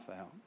out